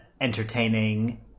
entertaining